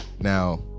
now